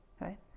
right